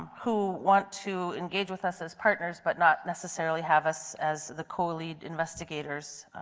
who want to engage with us as partners but not necessarily have us as the co-lead investigators,